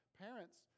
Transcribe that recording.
parents